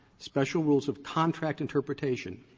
special rules of contract interpretation,